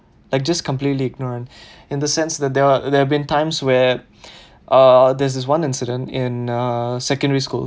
like just completely ignorant in the sense that there are there have been times where uh there's this one incident in uh secondary school